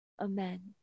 Amen